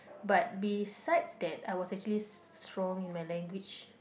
but besides that I was actually strong in my language